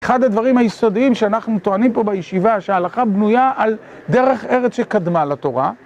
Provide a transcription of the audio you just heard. אחד הדברים היסודיים שאנחנו טוענים פה בישיבה, שההלכה בנויה על דרך ארץ שקדמה לתורה.